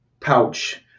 pouch